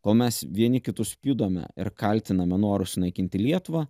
kol mes vieni kitus pjudome ir kaltiname noru sunaikinti lietuvą